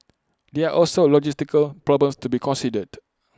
there are also logistical problems to be considered